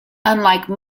unlike